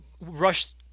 rushed